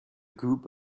group